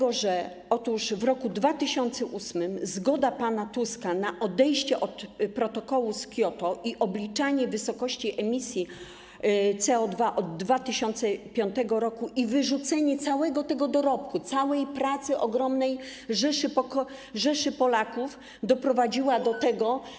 Otóż w roku 2008 zgoda pana Tuska na odejście od protokołu z Kioto i obliczanie wysokości emisji CO2 od 2005 r. oraz wyrzucenie całego tego dorobku, całej pracy ogromnej rzeszy Polaków doprowadziły do tego,